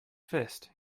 fist